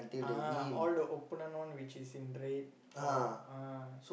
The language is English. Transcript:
ah all the opponent one which is in red or ah